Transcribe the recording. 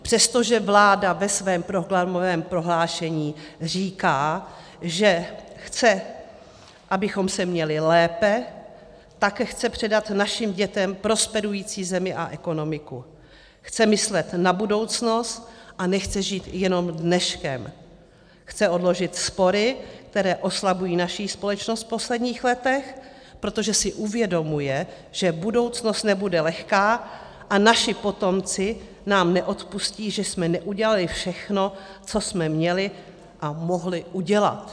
Přestože vláda ve svém programovém prohlášení říká, že chce, abychom se měli lépe, také chce předat našim dětem prosperující zemi a ekonomiku, chce myslet na budoucnost a nechce žít jenom dneškem, chce odložit spory, které oslabují naši společnost v posledních letech, protože si uvědomuje, že budoucnost nebude lehká a naši potomci nám neodpustí, že jsme neudělali všechno, co jsme měli a mohli udělat.